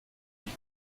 die